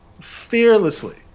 fearlessly